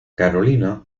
carolina